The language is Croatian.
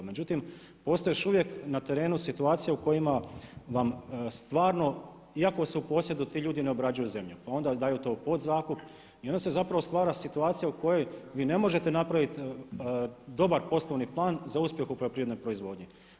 Međutim postoje još uvijek na terenu situacije u kojima vam stvarno iako su u posjedu ti ljudi ne obrađuju zemlju, pa onda daju to u podzakup i onda se zapravo stvara situacija u kojoj vi ne možete napraviti dobar poslovni plan za uspjeh u poljoprivrednoj proizvodnji.